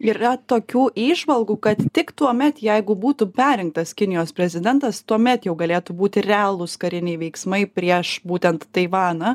yra tokių įžvalgų kad tik tuomet jeigu būtų perrinktas kinijos prezidentas tuomet jau galėtų būti realūs kariniai veiksmai prieš būtent taivaną